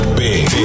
big